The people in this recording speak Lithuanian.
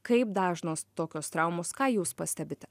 kaip dažnos tokios traumos ką jūs pastebite